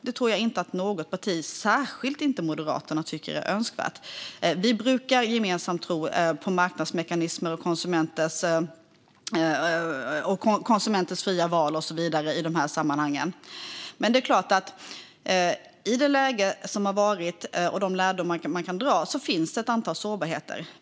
Det tror jag inte att något parti, särskilt inte Moderaterna, tycker är önskvärt. Vi brukar gemensamt tro på marknadsmekanismer, konsumenters fria val och så vidare i de här sammanhangen. Men i det läge som har rått har det funnits ett antal sårbarheter enligt de lärdomar man kunnat dra.